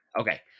Okay